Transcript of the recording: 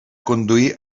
conduir